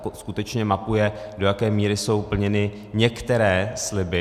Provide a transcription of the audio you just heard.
Ta skutečně mapuje, do jaké míry jsou plněny některé sliby.